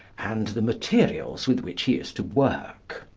and the materials with which he is to work.